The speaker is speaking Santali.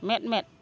ᱢᱮᱫ ᱢᱮᱫ